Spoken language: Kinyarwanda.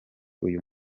uyu